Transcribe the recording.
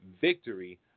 Victory